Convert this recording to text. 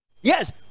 yes